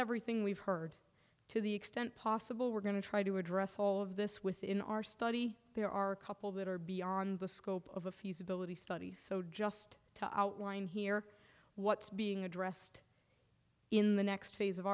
everything we've heard to the extent possible we're going to try to address all of this within our study there are a couple that are beyond the scope of a fuse ability study so just to outline here what's being addressed in the next phase of